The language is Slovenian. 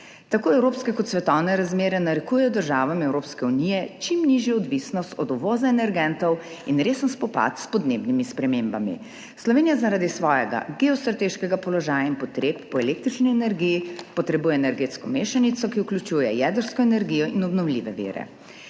Tako evropske kot svetovne razmere narekujejo državam Evropske unije čim nižjo odvisnost od uvoza energentov in resen spopad s podnebnimi spremembami. Slovenija potrebuje zaradi svojega geostrateškega položaja in potreb po električni energiji energetsko mešanico, ki vključuje jedrsko energijo in obnovljive vire.